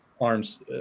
arms